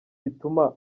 bituma